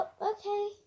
okay